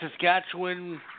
Saskatchewan